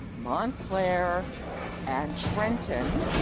montclair and trenton,